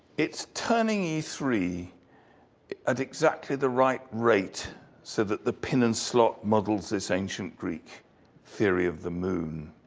it's turning e three at exactly the right rate so that the pin and slot models this ancient greek theory of the moon.